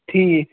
ٹھیٖک